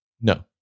No